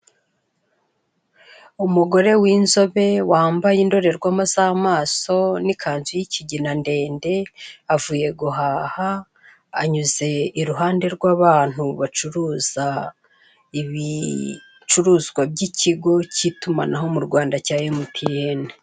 Umugore w'inzobe wambaye indorerwamo z'amaso n'ikanzu y'ikigina ndende avuye guhaha . Anyuze iruhande rw'abantu bacuruza ibicuruzwa by'ikigo cy'itumanaho mu Rwanda cya mtn.